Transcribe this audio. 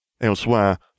Elsewhere